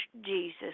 Jesus